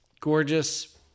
gorgeous